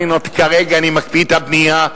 כרגע אני מקפיא את הבנייה,